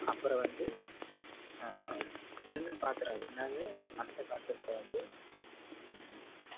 அப்புறம் வந்து எண்ணெய் பாத்திரம் இல்லாத மற்ற பாத்திரத்த வந்து